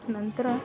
ನಂತರ